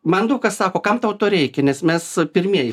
man daug kas sako kam tau to reikia nes mes pirmieji